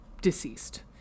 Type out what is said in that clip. deceased